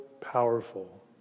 powerful